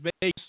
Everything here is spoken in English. base